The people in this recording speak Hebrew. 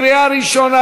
קריאה ראשונה,